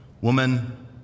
Woman